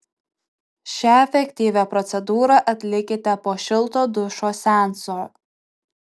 šią efektyvią procedūrą atlikite po šilto dušo seanso